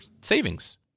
savings